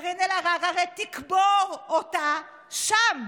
קארין אלהרר הרי תקבור אותה שם.